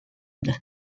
bird